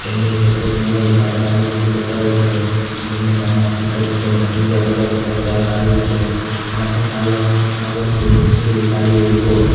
family support ન હોય તો આપણે આવી રીતે બતાવવું જોઈએ કે નહીં આમાં ફ્યુચર છે બીજા બધાય કરતાં સારું છે જો આપણને આવડે આમ આવડતું હોય સ્કિલ સારી હોય તો